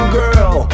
girl